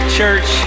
Church